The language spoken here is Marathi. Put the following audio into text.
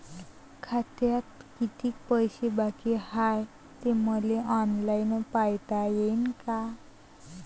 खात्यात कितीक पैसे बाकी हाय हे मले ऑनलाईन पायता येईन का?